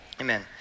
Amen